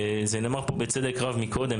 זה נאמר בצדק רב קודם.